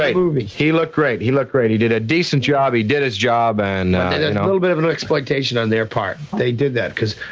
ah movie. he looked great, he looked great. he did a decent job, he did his job. and little bit of an exploitation on their part. they did that cause.